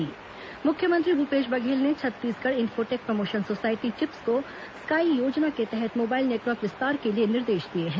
यह सुविधा मुख्यमंत्री भूपेश बघेल ने Chhattisgarh infotech promotion society CHiPS को स्काई योजना के तहत मोबाइल नेटवर्क विस्तार के लिए निर्देश दिए हैं